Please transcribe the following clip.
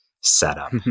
setup